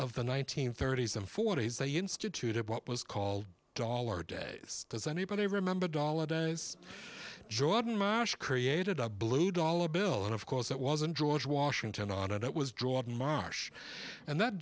of the nineteenth thirty's and forty's they instituted what was called dollar days does anybody remember a dollar does jordan marsh created a blue dollar bill and of course it wasn't george washington on it it was drawn marsh and that